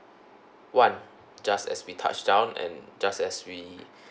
one just as we touched down and just as we